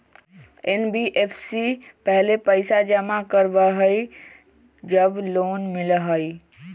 NBFC पहले पईसा जमा करवहई जब लोन मिलहई?